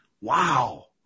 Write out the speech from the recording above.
Wow